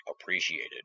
appreciated